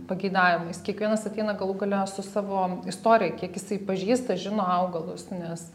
pageidavimais kiekvienas ateina galų gale su savo istorija kiek jisai pažįsta žino augalus nes